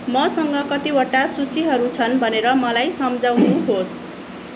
मसँग कतिवटा सुचीहरू छन् भनेर मलाई सम्झाउनुहोस्